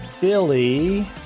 Billy